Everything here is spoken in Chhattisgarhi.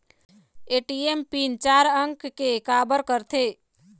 ए.टी.एम पिन चार अंक के का बर करथे?